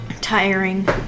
Tiring